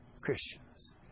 Christians